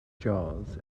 jaws